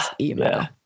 email